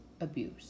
abuse